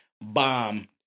bomb